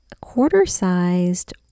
quarter-sized